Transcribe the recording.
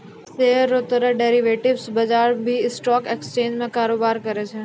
share रो तरह derivatives बजार भी स्टॉक एक्सचेंज में कारोबार करै छै